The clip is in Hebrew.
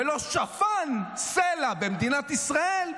ולא שפן סלע במדינת ישראל,